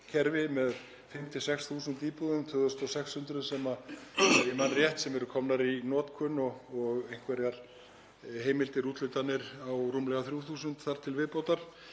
með 5.000–6.000 íbúðum, 2.600, ef ég man rétt, sem eru komnar í notkun og einhverjar heimildir, úthlutanir, fyrir rúmlega 3.000 þar til viðbótar.